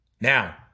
Now